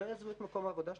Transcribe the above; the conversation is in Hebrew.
שלא יעזבו את מקום העבודה שלהם.